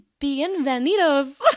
bienvenidos